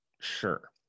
Sure